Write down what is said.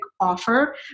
offer